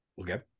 okay